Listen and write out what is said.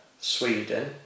Sweden